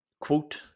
Quote